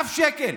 אף שקל.